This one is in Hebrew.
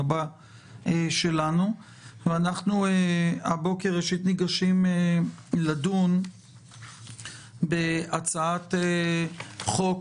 אנחנו הבוקר ניגשים לדון בהצעת חוק